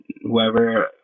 whoever